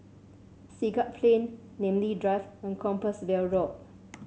Siglap Plain Namly Drive and Compassvale Road